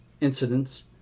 incidents